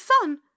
son